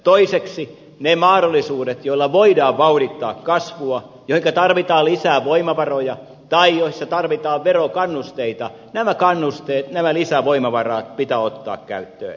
toiseksi ne mahdollisuudet joilla voidaan vauhdittaa kasvua joihinka tarvitaan lisää voimavaroja tai joihin tarvitaan verokannusteita nämä kannusteet nämä lisävoimavarat pitää ottaa käyttöön